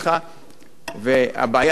כמו שטנור נולד עם טנור,